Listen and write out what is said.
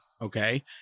okay